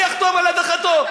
אני אחתום על הדחתו.